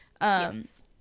Yes